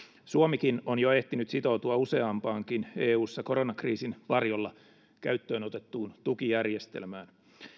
suomikin on jo ehtinyt sitoutua useampaankin eussa koronakriisin varjolla käyttöön otettuun tukijärjestelmään